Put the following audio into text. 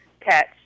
catch